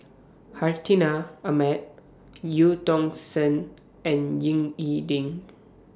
Hartinah Ahmad EU Tong Sen and Ying E Ding